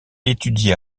étudia